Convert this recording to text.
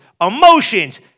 Emotions